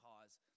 cause